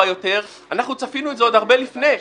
יותר אנחנו צפינו את זה עוד הרבה לפני,